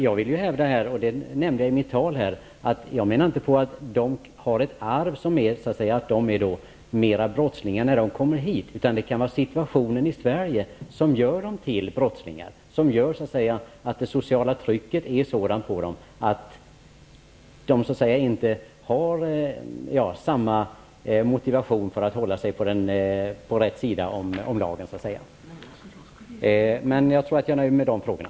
Jag hävdar, och det har jag sagt i mitt huvudanförande här, att det inte beror på arv, dvs. att de så att säga skulle vara mera brottslingar när de kommer hit. Det kan i stället vara situationen i Sverige som gör dem till brottslingar. Det sociala trycket på de här människorna kan vara så stort att de inte har samma motivation när det gäller att hålla sig på rätt sida om lagen. Jag tror att jag skall låta mig nöja med detta.